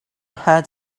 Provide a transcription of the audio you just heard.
had